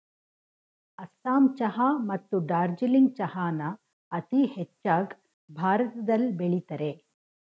ಅಸ್ಸಾಂ ಚಹಾ ಮತ್ತು ಡಾರ್ಜಿಲಿಂಗ್ ಚಹಾನ ಅತೀ ಹೆಚ್ಚಾಗ್ ಭಾರತದಲ್ ಬೆಳಿತರೆ